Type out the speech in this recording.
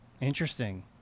interesting